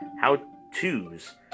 how-to's